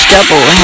Double